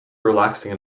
relaxing